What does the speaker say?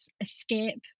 escape